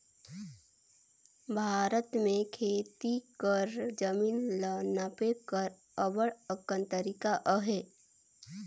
भारत में खेती कर जमीन ल नापे कर अब्बड़ अकन तरीका अहे